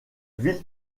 ville